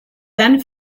then